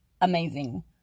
amazing